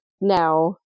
now